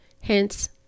Hence